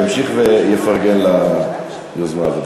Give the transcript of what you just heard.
אני אמשיך ואפרגן ליוזמה הזאת.